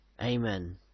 Amen